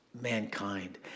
mankind